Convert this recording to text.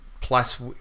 plus